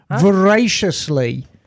voraciously